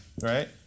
right